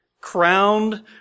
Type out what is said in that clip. crowned